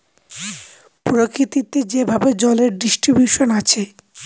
প্রকৃতিতে যেভাবে জলের ডিস্ট্রিবিউশন আছে